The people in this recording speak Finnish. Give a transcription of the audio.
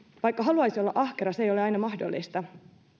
vaikka haluaisi olla ahkera se ei ole aina mahdollista